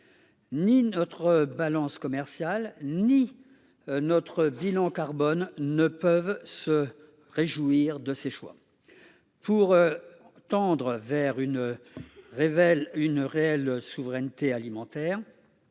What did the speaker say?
Ni notre balance commerciale ni. Notre bilan carbone ne peuvent se réjouir de ces choix. Pour. Tendre vers une. Révèle une réelle souveraineté alimentaire.